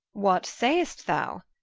what say'st thou?